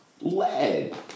lead